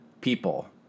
people